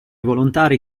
volontari